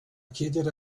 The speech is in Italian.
chiedere